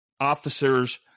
officers